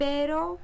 Pero